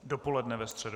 Dopoledne ve středu.